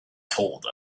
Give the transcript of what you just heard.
told